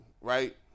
right